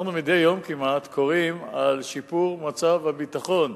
אנחנו מדי יום כמעט קוראים על שיפור מצב הביטחון